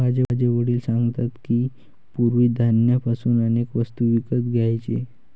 माझे वडील सांगतात की, पूर्वी धान्य पासून अनेक वस्तू विकत घ्यायचे